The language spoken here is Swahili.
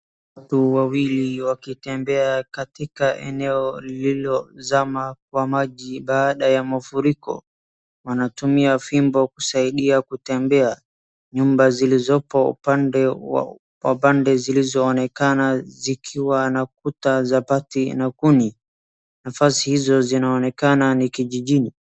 Watu wawili wakitembea katika eneo lililozama kwa maji baada ya mafuriko wanatumia fimbo kusaidia kutembea nyumba zilizopo kwa pande zilizozonekana zikiwa na kuta za bati na kuni nafasi hizo zinaonekana ni kijijini